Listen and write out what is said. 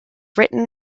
written